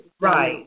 Right